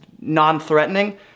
non-threatening